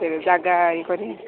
ସେଠି ଜାଗା ଇଏ କରି